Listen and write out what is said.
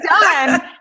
done